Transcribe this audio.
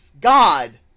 God